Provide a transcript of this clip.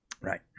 right